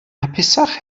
hapusach